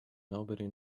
nobody